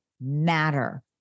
matter